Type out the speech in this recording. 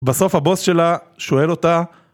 בסוף הבוס שלה שואל אותה